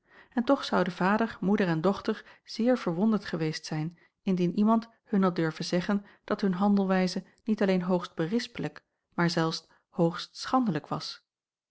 en toch zouden vader moeder en dochter zeer verwonderd geweest zijn indien iemand hun had durven zeggen dat hun handelwijze niet alleen hoogst berispelijk maar zelfs hoogst schandelijk was